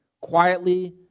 quietly